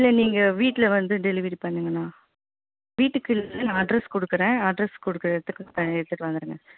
இல்லை நீங்கள் வீட்டில் வந்து டெலிவரி பண்ணுங்கண்ணா வீட்டுக்கு இல்லை நான் அட்ரெஸ் கொடுக்குறேன் அட்ரெஸ் கொடுக்குற இடத்துக்கு ஆ எடுத்துகிட்டு வந்துடுங்க